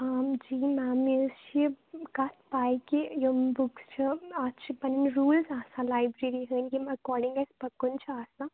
آں جی میم مےٚ حظ چھِ یہِ کَتھ پاے کہِ یِم بُکس چھِ اَتھ چھِ پَنٕنۍ روٗلٕز آسان لایبرٔری ہٕنٛدۍ ییٚمہِ ایکوٚڈِنٛگ اسہِ پَکُن چھُ آسان